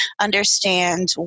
understand